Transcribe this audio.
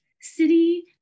city